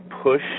push